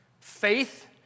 Faith